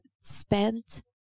Spent